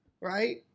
Right